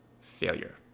failure